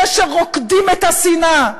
אלה שרוקדים את השנאה,